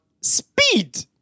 speed